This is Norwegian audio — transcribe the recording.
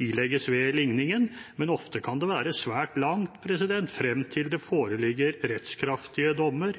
ilegges ved ligningen. Men ofte kan det være svært langt frem til det foreligger rettskraftige dommer,